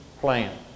plan